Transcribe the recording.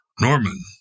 Norman